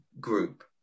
group